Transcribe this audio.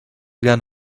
gan